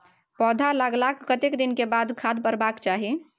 पौधा लागलाक कतेक दिन के बाद खाद परबाक चाही?